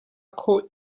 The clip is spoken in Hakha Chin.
khawh